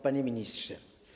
Panie Ministrze!